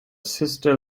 sister